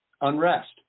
unrest